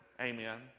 Amen